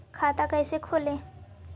खाता कैसे खोले?